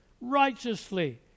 righteously